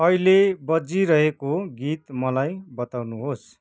अहिले बजिरहेको गीत मलाई बताउनुहोस्